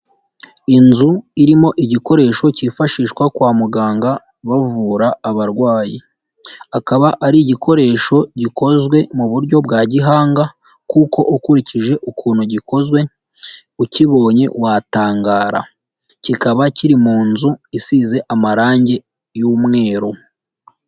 Inzu irimo igikoresho cyifashishwa kwa muganga bavura abarwayi, akaba ari igikoresho gikozwe mu buryo bwa gihanga, kuko ukurikije ukuntu gikozwe, ukibonye watangara. Kikaba kiri mu nzu isize amarangi y'umweru.